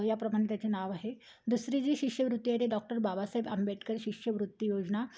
याप्रमाणे त्याचे नाव आहे दुसरी जी शिष्यवृत्ती आहे ते डॉक्टर बाबासाहेब आंबेडकर शिष्यवृत्ती योजना